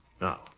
Now